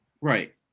Right